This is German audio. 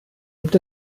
gibt